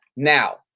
Now